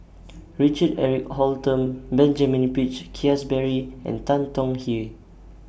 Richard Eric Holttum Benjamin Peach Keasberry and Tan Tong Hye